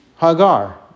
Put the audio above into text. Hagar